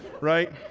right